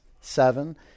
seven